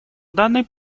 данный